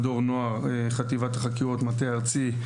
מדור נוער חטיבת החקירות מטה הארצי.